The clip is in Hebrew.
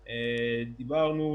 דיברנו,